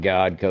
God